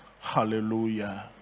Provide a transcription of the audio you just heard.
Hallelujah